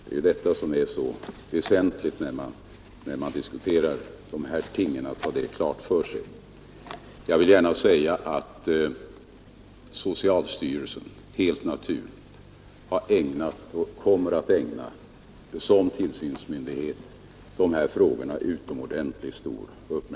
Jag vill gärna säga att socialstyrelsen som tillsynsmyndighet helt naturligt har ägnat och kommer att ägna de här frågorna stor uppmärksamhet. De diskuteras på många håll ute i landet — det är riktigt — och landstingen är säkerligen alla medvetna om de problem som man här ställs inför.